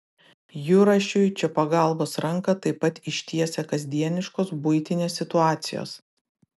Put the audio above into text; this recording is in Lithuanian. jurašiui čia pagalbos ranką taip pat ištiesia kasdieniškos buitinės situacijos